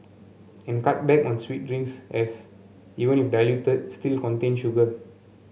and cut back on sweet drinks as even if diluted still contain sugar